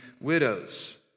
widows